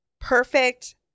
perfect